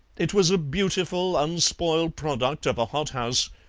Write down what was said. it was a beautiful unspoiled product of a hothouse,